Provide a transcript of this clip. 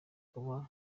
akaba